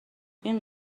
این